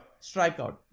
Strikeout